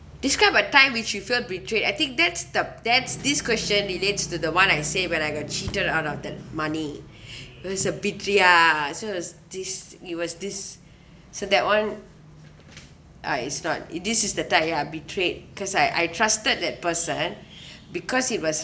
describe a time which you feel betrayed I think that's the that's this question relates to the one I say when I got cheated out of that money it was a big ya so it's this it was this so that one ah it's not it this is type ya betrayed cause I I trusted that person because he was